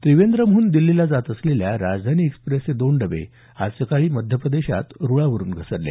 त्रिवेंद्रमहून दिल्लीला जात असलेल्या राजधानी एक्स्प्रेसचे दोन डबे आज सकाळी मध्यप्रदेशात रुळावरून घसरले